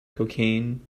cocaine